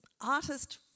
artist